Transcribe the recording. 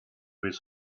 his